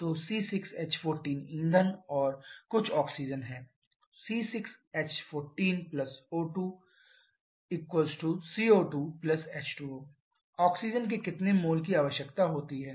तो C6 H14 ईंधन और कुछ ऑक्सीजन है C6 H14 O2 🡪 CO2 H2O oxygen के कितने मोल की आवश्यकता होती है